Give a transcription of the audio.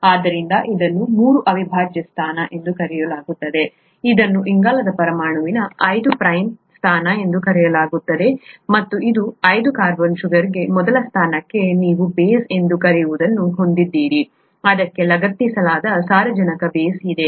ಆದ್ದರಿಂದ ಇದನ್ನು ಮೂರು ಅವಿಭಾಜ್ಯ ಸ್ಥಾನ ಎಂದು ಕರೆಯಲಾಗುತ್ತದೆ ಇದನ್ನು ಇಂಗಾಲದ ಪರಮಾಣುವಿನ ಐದು ಪ್ರೈಮ್ ಸ್ಥಾನ ಎಂದು ಕರೆಯಲಾಗುತ್ತದೆ ಮತ್ತು ಈ ಐದು ಕಾರ್ಬನ್ ಶುಗರ್ಗೆ ಮೊದಲ ಸ್ಥಾನಕ್ಕೆ ನೀವು ಬೇಸ್ ಎಂದು ಕರೆಯುವದನ್ನು ಹೊಂದಿದ್ದೀರಿ ಅದಕ್ಕೆ ಲಗತ್ತಿಸಲಾದ ಸಾರಜನಕ ಬೇಸ್ ಇದೆ